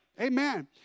Amen